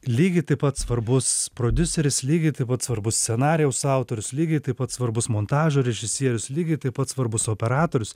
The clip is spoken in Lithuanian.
lygiai taip pat svarbus prodiuseris lygiai taip pat svarbu scenarijaus autorius lygiai taip pat svarbus montažo režisierius lygiai taip pat svarbus operatorius